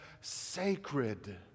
sacred